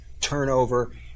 turnover